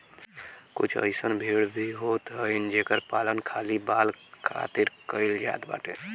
कुछ अइसन भेड़ भी होत हई जेकर पालन खाली बाल खातिर कईल जात बाटे